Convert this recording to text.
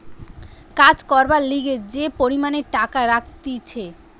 কাজ করবার লিগে যে পরিমাণে টাকা রাখতিছে